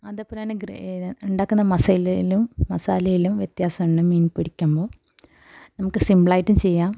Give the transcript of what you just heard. അതുപോലെ തന്നെ ഉണ്ടാക്കുന്ന മസാലയിലും മസാലയിലും വ്യത്യാസമുണ്ട് മീൻ പൊരിക്കുമ്പോൾ നമുക്ക് സിംപിളായിട്ടും ചെയ്യാം